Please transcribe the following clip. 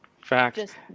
Fact